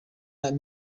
and